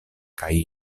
kaj